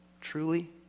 truly